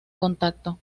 contacto